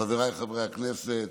חבריי חברי הכנסת,